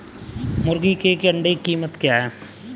मुर्गी के एक अंडे की कीमत क्या है?